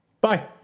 Bye